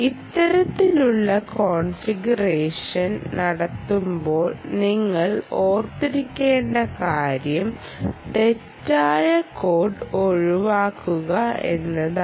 ഇത്തരത്തിലുള്ള കോൺഫിഗറേഷൻ നടത്തുമ്പോൾ നിങ്ങൾ ഓർമ്മിക്കേണ്ട കാര്യം തെറ്റായ കോഡ് ഒഴിവാക്കുക എന്നതാണ്